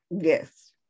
Yes